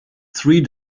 three